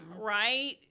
right